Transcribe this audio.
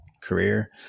career